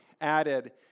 added